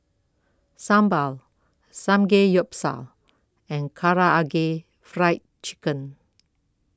Sambar Samgeyopsal and Karaage Fried Chicken